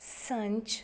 संच